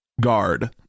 guard